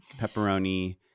pepperoni